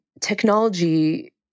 technology